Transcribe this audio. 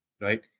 right